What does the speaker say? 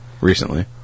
recently